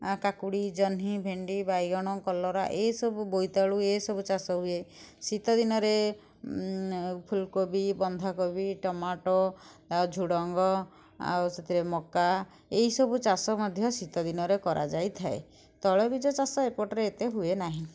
ଆ କାକୁଡ଼ି ଜହ୍ନି ଭେଣ୍ଡି ବାଇଗଣ କଲରା ଏହି ସବୁ ବୋଇତାଳୁ ଏ ସବୁ ଚାଷ ହୁଏ ଶୀତ ଦିନରେ ଫୁଲ କୋବି ବନ୍ଧା କୋବି ଟମାଟୋ ଆଉ ଝୁଡ଼ଙ୍ଗ ଆଉ ସେଥିରେ ମକା ଏଇ ସବୁ ଚାଷ ମଧ୍ୟ ଶୀତ ଦିନରେ କରାଯାଇଥାଏ ତୈଳ ବୀଜ ଚାଷ ଏପଟରେ ଏତେ ହୁଏ ନାହିଁ